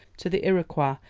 to the iroquois,